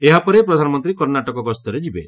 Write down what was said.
ଏହାପରେ ପ୍ରଧାନମନ୍ତ୍ରୀ କର୍ଣ୍ଣାଟକ ଗସ୍ତରେ ଯିବେ